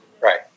Right